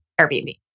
Airbnb